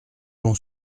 l’on